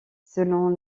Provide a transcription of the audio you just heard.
selon